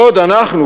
בעוד אנחנו,